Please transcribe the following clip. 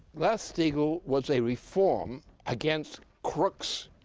glass-steagall was a reform against crooks